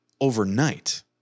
overnight